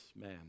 man